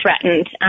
threatened